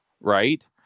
right